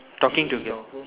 talking to girl